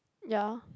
ya